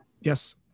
Yes